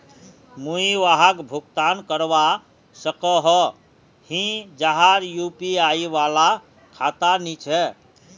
मुई वहाक भुगतान करवा सकोहो ही जहार यु.पी.आई वाला खाता नी छे?